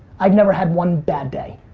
i never had one bad day.